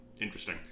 Interesting